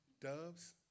doves